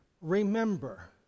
Remember